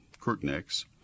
crooknecks